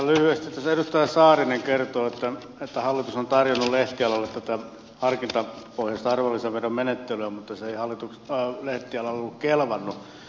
tässä edustaja saarinen kertoi että hallitus on tarjonnut lehtialalle tätä harkintapohjaista arvonlisäveron menettelyä mutta se ei lehtialalle ollut kelvannut